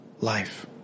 life